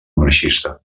marxista